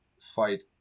fight